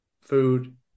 food